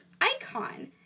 icon